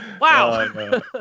Wow